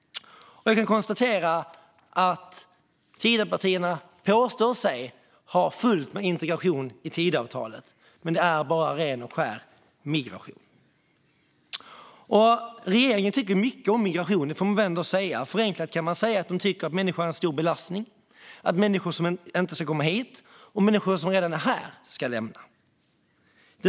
Jag kan konstatera att Tidöpartierna påstår sig ha fullt med integration i sitt avtal, men det är bara ren och skär migration. Regeringen tycker många saker om migration - det får man ändå säga. Förenklat kan man säga att de tycker att människor är en stor belastning, att människor inte ska komma hit och att människor som redan är här ska lämna landet.